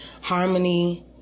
harmony